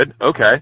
Okay